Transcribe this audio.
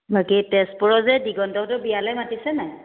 বাকী তেজপুৰৰ যে দিগন্তহঁতৰ বিয়ালৈ মাতিছে নে নাই